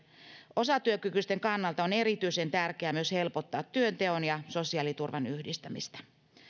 osatyökykyisten kannalta on erityisen tärkeää myös helpottaa työnteon ja sosiaaliturvan yhdistämistä